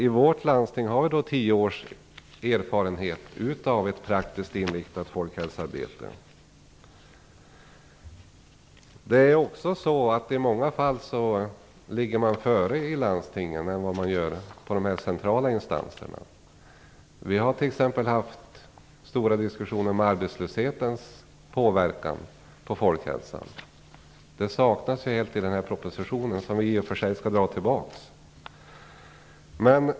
I vårt landsting har vi tio års erfarenhet av ett praktiskt inriktat folkhälsoarbete. I många fall ligger man i landstingen före de centrala instanserna. Vi har t.ex. haft stora diskussioner om arbetslöshetens påverkan på folkhälsan. Det saknas ju helt i propositionen, som i och för sig skall dras tillbaks.